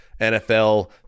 NFL